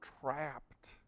trapped